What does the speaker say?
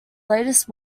latest